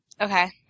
Okay